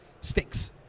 stinks